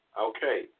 okay